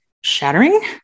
shattering